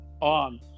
on